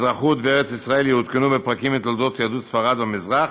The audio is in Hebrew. אזרחות וארץ-ישראל יעודכנו בפרקים מתולדות יהדות ספרד והמזרח